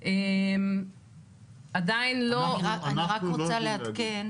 לא היה ביקור במקום,